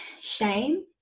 shame